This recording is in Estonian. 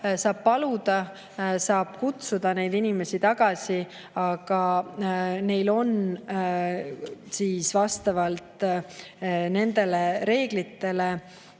saab paluda, saab kutsuda neid inimesi tagasi, aga neil on vastavalt reeglitele